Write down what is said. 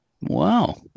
Wow